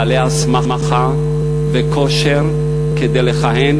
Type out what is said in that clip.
בעלי הסמכה וכושר כדי לכהן.